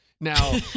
Now